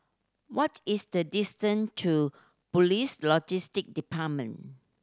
what is the distance to Police Logistic Department